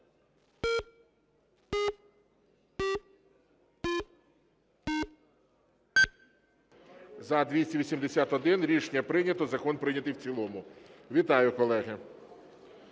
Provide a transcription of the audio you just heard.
За-281 Рішення прийнято. Закон прийнятий в цілому. Вітаю, колеги!